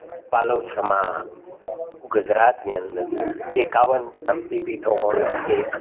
પાલવ સમા ગુજરાતની અંદર એકાવન શક્તિપીઠોમાંનું એક